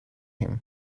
him